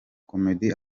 comedy